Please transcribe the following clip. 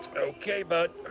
okay, bud.